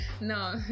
No